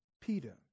Peter